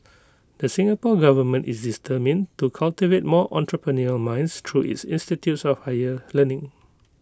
the Singapore Government is determined to cultivate more entrepreneurial minds through its institutes of higher learning